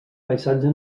paisatge